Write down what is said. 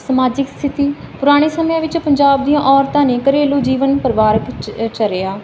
ਸਮਾਜਿਕ ਸਥਿਤੀ ਪੁਰਾਣੇ ਸਮਿਆਂ ਵਿੱਚ ਪੰਜਾਬ ਦੀਆਂ ਔਰਤਾਂ ਨੇ ਘਰੇਲੂ ਜੀਵਨ ਪਰਿਵਾਰਕ ਚਰਿਆ ਅਤੇ